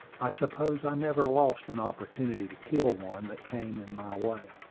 i suppose i never lost an opportunity to kill one that came in my way.